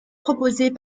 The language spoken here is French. proposées